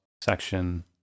section